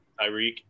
Tyreek